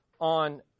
on